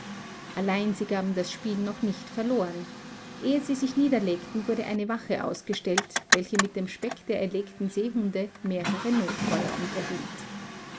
allein sie gaben das spiel noch nicht verloren ehe sie sich niederlegten wurde eine wache ausgestellt welche mit dem speck der erlegten seehunde mehrere notfeuer unterhielt